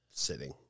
Sitting